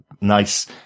nice